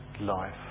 life